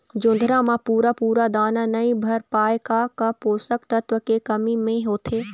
जोंधरा म पूरा पूरा दाना नई भर पाए का का पोषक तत्व के कमी मे होथे?